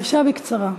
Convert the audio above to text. בבקשה בקצרה.